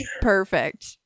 perfect